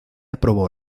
aprobó